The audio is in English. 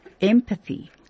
empathy